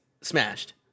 smashed